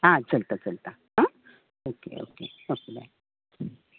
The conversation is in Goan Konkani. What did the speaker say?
आं चलता चलता आं ओके ओके ओके बाय